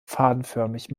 fadenförmig